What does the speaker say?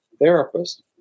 therapist